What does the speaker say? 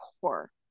core